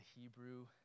Hebrew